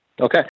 Okay